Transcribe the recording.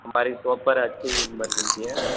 हमारे शोप पर अच्छी बन रही है